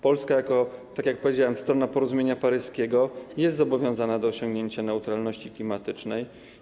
Polska, tak jak powiedziałem, jako strona porozumienia paryskiego jest zobowiązana do osiągnięcia neutralności klimatycznej.